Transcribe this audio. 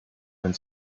wenn